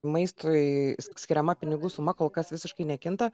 maistui skiriama pinigų suma kol kas visiškai nekinta